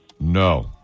No